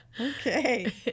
Okay